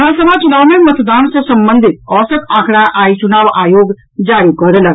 विधानसभा चूनाव मे मतदान सँ संबंधित औसत आंकड़ा आइ चूनाव आयोग जारी कऽ देलक